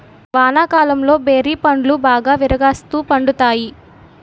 వానాకాలంలో బేరి పండ్లు బాగా విరాగాస్తు పండుతాయి